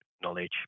knowledge